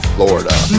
Florida